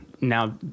Now